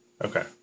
okay